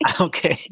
okay